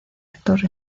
actor